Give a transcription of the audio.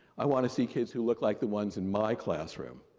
i want to see kids who look like the ones in my classroom.